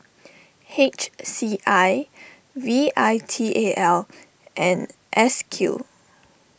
H C I V I T A L and S Q